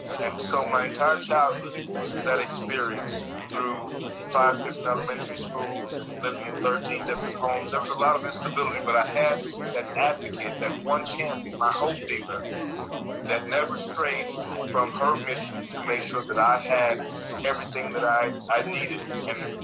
and so my entire childhood was that experience through five different elementary schools and living in thirteen different homes. there was a lot of instability. but i had that advocate, that one champion, my hope dealer that never strayed from her mission to make sure that i had everything that i i needed. and,